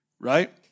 right